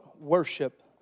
worship